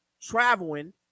traveling